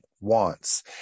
wants